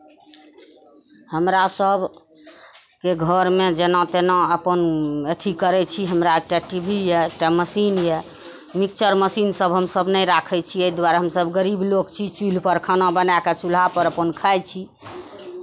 हमरा सभके घरमे जेना तेना अपन अथी करै छी हमरा एक टा टी भी यए एक टा मशीन यए मिक्सर मशीनसभ हमसभ नहि राखै छी एहि दुआरे हमसभ गरीब लोक छी चुल्हिपर खाना बना कऽ चूल्हापर अपन खाइ छी